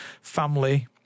family